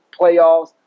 playoffs